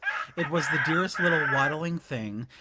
it was the dearest little waddling thing,